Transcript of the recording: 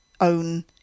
own